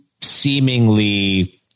seemingly